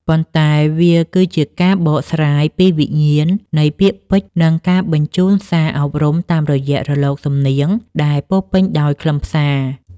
ប៉ុន្តែវាគឺជាការបកស្រាយពីវិញ្ញាណនៃពាក្យពេចន៍ និងការបញ្ជូនសារអប់រំតាមរយៈរលកសំនៀងដែលពោពេញដោយខ្លឹមសារ។